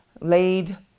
laid